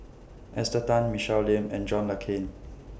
Esther Tan Michelle Lim and John Le Cain